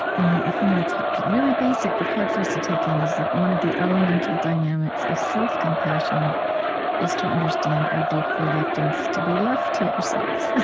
and a thing that's really basic but hard for us to take in, is that one of the elemental dynamics of self-compassion is to understand our deep reluctance to be left to ourselves.